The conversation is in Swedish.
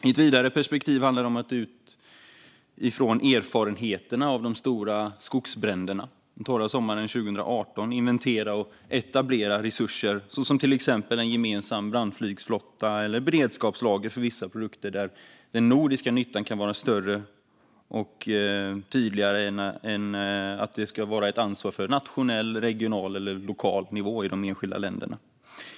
I ett vidare perspektiv handlar det om att utifrån erfarenheterna från de stora skogsbränderna den torra sommaren 2018 inventera och etablera resurser, till exempel en gemensam brandflygsflotta eller beredskapslager för vissa produkter, där den nordiska nyttan kan vara större och tydligare jämfört med ansvar på nationell, regional eller lokal nivå i de enskilda länderna.